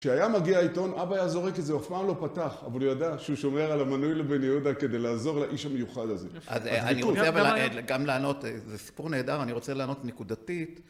כשהיה מגיע העיתון, אבא היה זורק את זה, הוא אף פעם לא פתח, אבל הוא ידע שהוא שומר על המנוי לבן יהודה כדי לעזור לאיש המיוחד הזה. אז אני רוצה גם לענות, זה סיפור נהדר, אני רוצה לענות נקודתית.